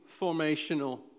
formational